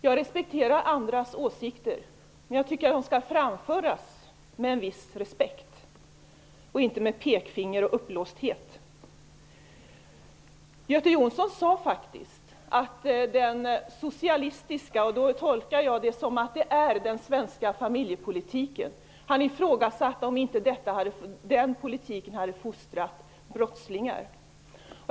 Jag respekterar andras åsikter, men jag tycker att de skall framföras med en viss respekt och inte med pekfinger och uppblåsthet. Göte Jonsson ifrågasatte faktiskt om inte den socialistiska familjepolitiken -- jag tolkar det som den svenska familjepolitiken -- hade fostrat brottslingar.